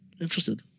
interested